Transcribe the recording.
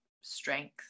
strength